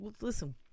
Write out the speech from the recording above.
Listen